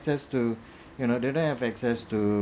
access to you know do they have access to